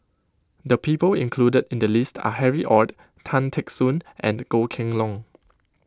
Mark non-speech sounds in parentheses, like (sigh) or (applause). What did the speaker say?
the people include in the list are Harry Ord Tan Teck Soon and Goh Kheng Long (noise)